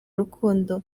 rukundo